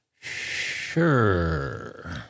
Sure